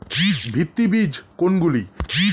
ভিত্তি বীজ কোনগুলি?